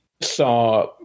saw